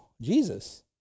Jesus